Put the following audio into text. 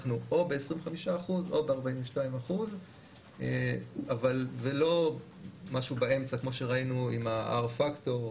אנחנו או ב-25% או ב-42% ולא משהו באמצע כמו שראינו עם ה-R פקטור,